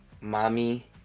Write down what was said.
mommy